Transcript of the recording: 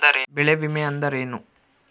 ಬೆಳೆ ವಿಮೆ ಅಂದರೇನು?